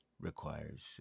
requires